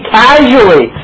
casually